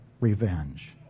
revenge